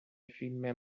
فیلم